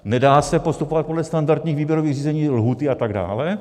Nedá se postupovat podle standardních výběrových řízení, lhůty atd.